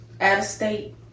out-of-state